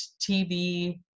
TV